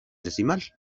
decimal